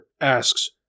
asks